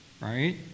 right